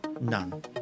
none